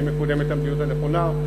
האם מקודמת המדיניות הנכונה,